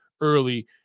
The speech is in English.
early